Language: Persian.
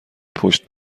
پشت